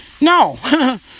No